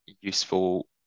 useful